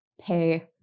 pay